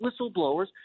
whistleblowers